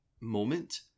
moment